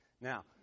Now